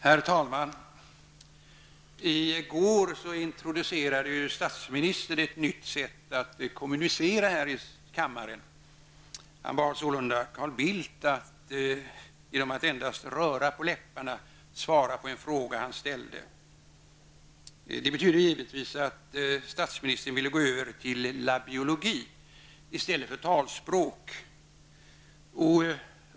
Herr talman! I går introducerade statsministern ett nytt sätt att kommunicera här i kammaren. Han bad sålunda Carl Bildt att genom att endast röra på läpparna svara på en fråga han ställde. Det betyder givetvis att statsministern ville gå över till labiologi i stället för talspråk.